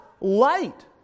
light